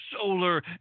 solar